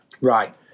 Right